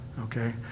okay